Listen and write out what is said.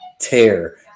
tear